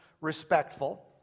respectful